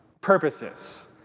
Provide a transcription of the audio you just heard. purposes